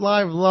Live